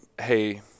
Hey